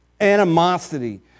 animosity